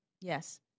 Yes